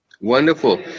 Wonderful